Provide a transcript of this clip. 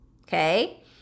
okay